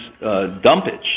dumpage